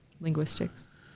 linguistics